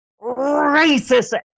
racist